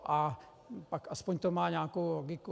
A pak aspoň to má nějakou logiku.